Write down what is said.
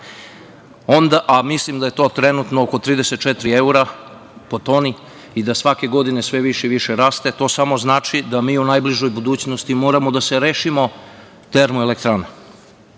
nastaje, a mislim da je to trenutno oko 34 evra po toni i da svake godine sve više i više raste, to samo znači da mi u najbližoj budućnosti moramo da se rešimo termoelektrana. Naravno,